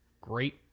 great